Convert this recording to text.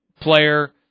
player